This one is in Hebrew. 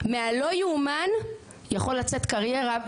מהלא יאומן יכול לצאת קריירה,